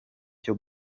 cyo